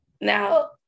Now